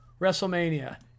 wrestlemania